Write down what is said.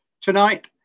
Tonight